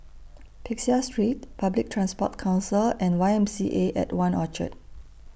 Peck Seah Street Public Transport Council and Y M C A At one Orchard